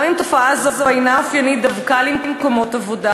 גם אם תופעה זו אינה אופיינית דווקא למקומות עבודה,